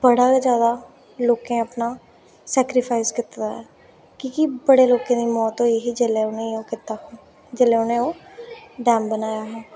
बड़ा गै जैदा लोकें अपना सैक्रीफाईस कीते दा ऐ की के बड़े लोकें दी मौत होई ही जेल्लै उ'नें ओह् कीता जेल्लै उ'नें ओह् डैम बनाया हा बड़ा गै जैदा लोकें अपना सेक्रीफाईस कीते दा ऐ की के बड़े लोकें दी मौत होई ही जेल्लै उ'नें ओह् कीता जेल्लै उ'नें ओह् डैम बनाया हा